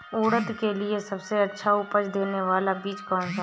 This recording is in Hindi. उड़द के लिए सबसे अच्छा उपज देने वाला बीज कौनसा है?